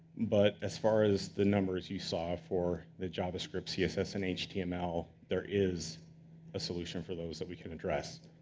but as far as the numbers you saw for the javascript, css, and html, there is a solution for those that we can address.